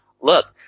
look